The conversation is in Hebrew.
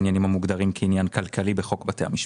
העניינים המוגדרים כעניין כלכלי בחוק בתי המשפט.